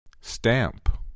Stamp